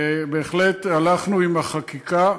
בהחלט הלכנו עם חקיקה,